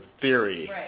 theory